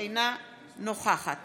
אינה נוכחת